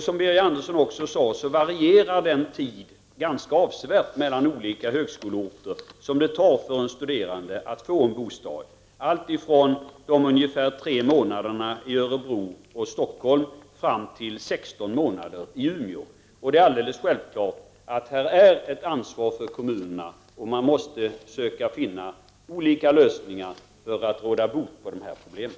Som Birger Andersson också sade varierar den tid som det tar för en studerande att få en bostad ganska avsevärt mellan olika högskoleorter, alltifrån ungefär 3 månader i Örebro och Stockholm till 16 månader i Umeå. Det är alldeles självklart att här finns ett ansvar för kommunerna. Man måste söka finna olika lösningar för att råda bot på de här problemen.